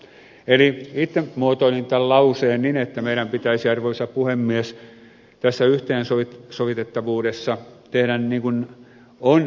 itse muotoilin tämän lauseen niin että meidän pitäisi arvoisa puhemies tässä yhteensovitettavuudessa tehdä tällä lailla